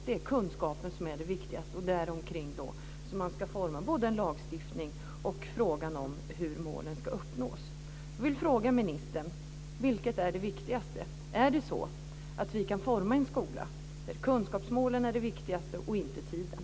Det är kunskapen som är det viktigaste och däromkring som man ska forma både en lagstiftning och frågan om hur målen ska uppnås. Kan vi forma en skola där kunskapsmålen är det viktigaste och inte tiden?